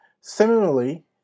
Similarly